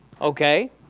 Okay